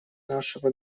нашего